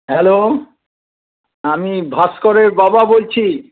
hello আমি ভাস্করের বাবা বলছি